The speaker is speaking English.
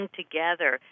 together